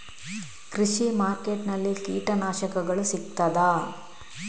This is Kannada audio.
ಕೃಷಿಮಾರ್ಕೆಟ್ ನಲ್ಲಿ ಕೀಟನಾಶಕಗಳು ಸಿಗ್ತದಾ?